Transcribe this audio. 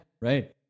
Right